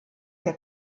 der